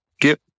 get